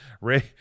Ray